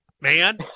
man